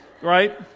Right